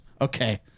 Okay